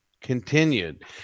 continued